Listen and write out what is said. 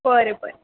बरें बरें